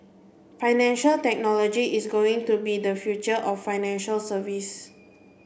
financial technology is going to be the future of financial service